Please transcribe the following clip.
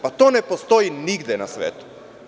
Pa to ne postoji nigde na svetu.